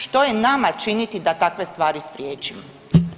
Što je nama činiti da takve stvari spriječimo?